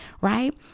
right